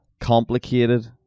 Complicated